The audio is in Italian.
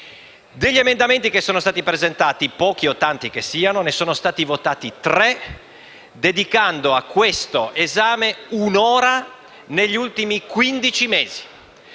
Degli emendamenti presentati - pochi o tanti che siano - ne sono stati votati tre, dedicando a questo esame un'ora negli ultimi quindici